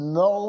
no